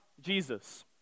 Jesus